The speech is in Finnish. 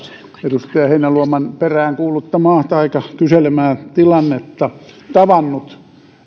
edustaja heinäluoman peräänkuuluttamaa taikka kyselemää tilannetta tavannut